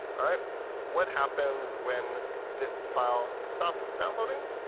what happens when this file stops downloading?